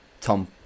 Tom